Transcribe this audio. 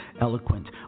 Eloquent